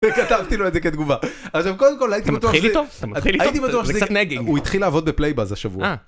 כתבתי לו את זה כתגובה. עכשיו קודם כל הייתי בטוח - אתה מתחיל איתו? אתה מתחיל איתו? - הייתי בטוח - זה קצת - הוא התחיל לעבוד ב-playbuzz השבוע.